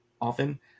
often